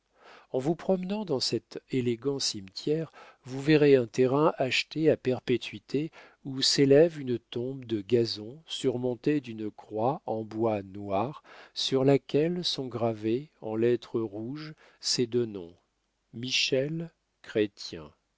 en vous promenant dans cet élégant cimetière vous verrez un terrain acheté à perpétuité où s'élève une tombe de gazon surmontée d'une croix en bois noir sur laquelle sont gravés en lettres rouges ces deux noms michel